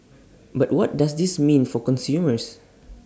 but what does this mean for consumers